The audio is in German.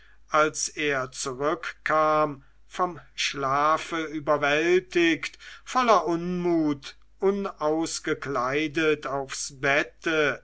als er zurückkam vom schlafe überwältigt voller unmut unausgekleidet aufs bett